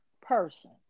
person